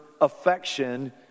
affection